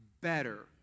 better